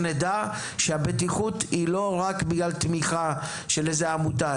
כדי שנדע שהבטיחות היא לא רק בגלל תמיכה של איזו עמותה?